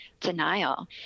denial